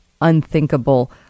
unthinkable